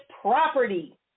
property